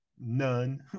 none